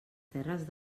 terres